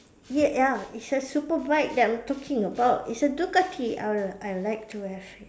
ya ya it's a super bike that I'm talking about it's a Ducati I I like to have it